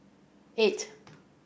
eight